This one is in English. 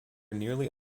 nearly